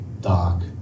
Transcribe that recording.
dark